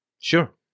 sure